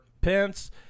Pence